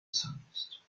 ценность